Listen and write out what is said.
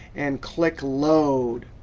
and click load.